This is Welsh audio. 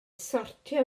sortio